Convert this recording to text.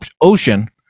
Ocean